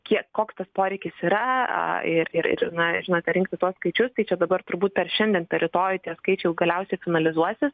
kie koks tas poreikis yra ir ir na ir na ką rinkti tuos skaičius tai čia dabar turbūt per šiandien per rytoj tie skaičiai jau galiausiai finalizuosis